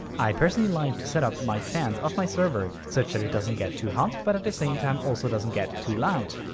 i personally like to set up my fans of my server such that it doesn't get too hot but at the same time also doesn't get too loud.